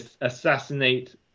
assassinate